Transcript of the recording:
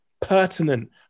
pertinent